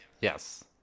yes